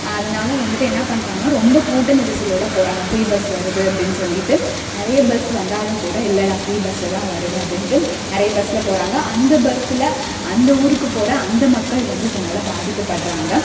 அதனால் வந்துட்டு என்ன பண்ணுறாங்கன்னா ரொம்ப கூட்ட நெரிசலோடய போகிறாங்க ஃப்ரீ பஸ் வருது அப்படின்னு சொல்லிட்டு நிறைய பஸ் வந்தாலும் கூட இல்லை நான் ஃப்ரீ பஸ்லில் தான் வருவேன் அப்படின்ட்டு நிறைய பஸ்ஸில் போகிறாங்க அந்த பஸ்ஸில் அந்த ஊருக்கு போகிற அந்த மக்கள் வந்து இதனால் பாதிக்கப்படுறாங்க